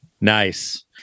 Nice